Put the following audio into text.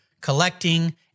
collecting